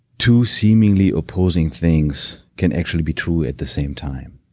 two seemingly opposing things can actually be true at the same time.